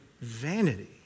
vanity